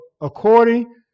according